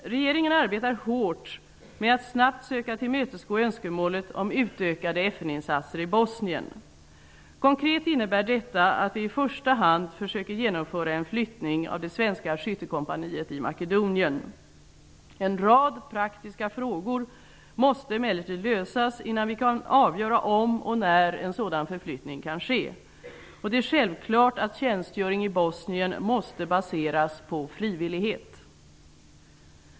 Regeringen arbetar hårt med att snabbt söka tillmötesgå önskemålet om utökade FN-insatser i Bosnien. Konkret innebär detta att vi i första hand försöker genomföra en flyttning av det svenska skyttekompaniet i Makedonien. En rad praktiska frågor måste emellertid lösas innan vi kan avgöra om och när en sådan förflyttning kan ske. Det är självklart att tjänstgöring i Bosnien måste baseras på frivillighet.